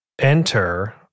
enter